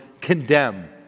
condemn